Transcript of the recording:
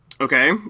okay